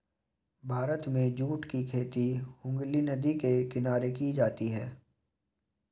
भारत में जूट की खेती हुगली नदी के किनारे की जाती है